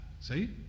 see